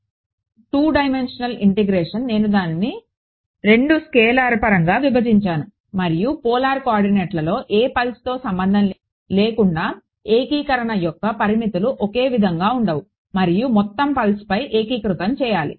కాబట్టి 2 dimensional integration నేను దానిని 2 స్కేలార్ పరంగా విభజించాను మరియు పోలార్ కోఆర్డినేట్లలో ఏ పల్స్తో సంబంధం లేకుండా ఏకీకరణ యొక్క పరిమితులు ఒకే విధంగా ఉండవు మరియు మొత్తం పల్స్పై ఏకీకృతం చేయాలి